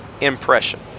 impression